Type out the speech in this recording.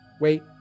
Wait